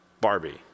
Barbie